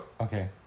Okay